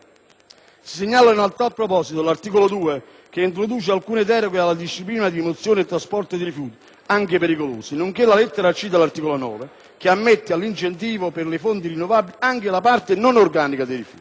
Si segnalano, a tale proposito, l'articolo 2, che introduce alcune deroghe alla disciplina di rimozione e trasporto dei rifiuti, anche pericolosi, nonché la lettera *c)* dell'articolo 9, che ammette all'incentivo per le fonti rinnovabili anche la parte non organica dei rifiuti.